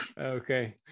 okay